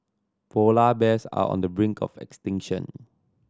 polar bears are on the brink of extinction